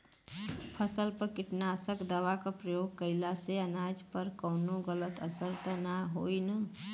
फसल पर कीटनाशक दवा क प्रयोग कइला से अनाज पर कवनो गलत असर त ना होई न?